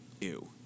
ew